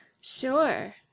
Sure